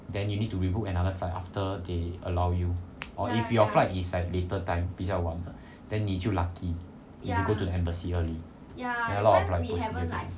then you need to re book another flight after they allow you or if your flight is like later time 比较晚的 then 你就 lucky you can go to the embassy early then a lot of like possibility